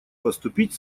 поступить